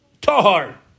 Tahar